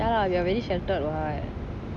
ya we are very sheltered [what]